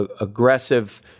aggressive